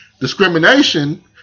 discrimination